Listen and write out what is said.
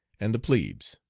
and the plebes.